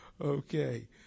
Okay